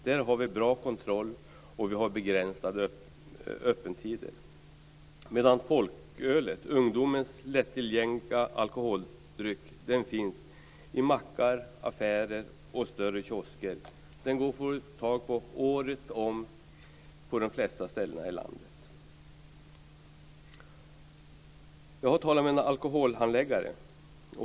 Där har vi bra kontroll, och vi har begränsade öppettider. Men folkölet, ungdomens lättillgängliga alkoholdryck, finns på mackar, i affärer och i större kiosker. Folkölet går att få tag i året om på de flesta ställen i landet. Jag har talat med en alkoholhandläggare.